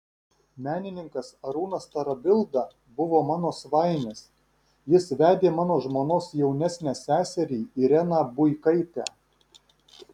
menininkas arūnas tarabilda buvo mano svainis jis vedė mano žmonos jaunesnę seserį ireną buikaitę